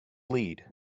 lead